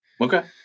Okay